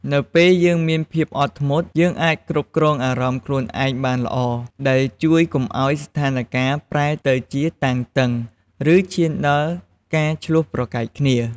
នៅពេលយើងមានភាពអត់ធ្មត់ យើងអាចគ្រប់គ្រងអារម្មណ៍ខ្លួនឯងបានល្អ ដែលជួយកុំឲ្យស្ថានការណ៍ប្រែទៅជាតានតឹង ឬឈានដល់ការឈ្លោះប្រកែកគ្នា។